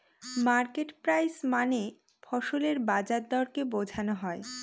market price মানে ফসলের বাজার দরকে বোঝনো হয়